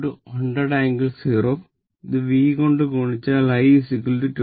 Y 100∟0 ഇത് V കൊണ്ട് ഗുണിച്ചാൽ I 22